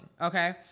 okay